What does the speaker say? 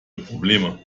probleme